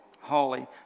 holy